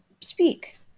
speak